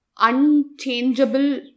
unchangeable